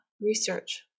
research